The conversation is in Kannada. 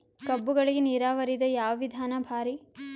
ಕಬ್ಬುಗಳಿಗಿ ನೀರಾವರಿದ ಯಾವ ವಿಧಾನ ಭಾರಿ?